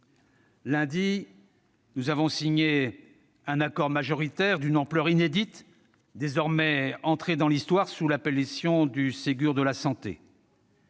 dernier, nous avons signé un accord majoritaire d'une ampleur inédite, désormais entré dans l'histoire sous l'appellation de " Ségur de la santé